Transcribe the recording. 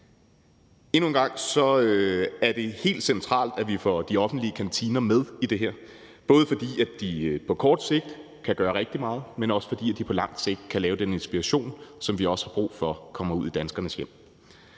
Endnu en gang er det helt centralt, at vi får de offentlige kantiner med i det her, både fordi de på kort sigt kan gøre rigtig meget, og fordi de på lang sigt kan komme med den inspiration, som vi har brug for kommer ud i danskernes hjem.